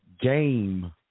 Game